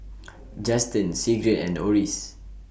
Justen Sigrid and Oris